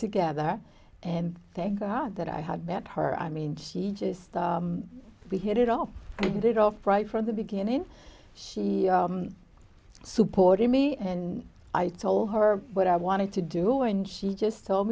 together and thank god that i had met her i mean she just we hit it off and it off right from the beginning she supported me and i told her what i wanted to do and she just told